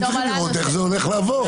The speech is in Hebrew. אתם צריכים לראות איך זה הולך לעבוד.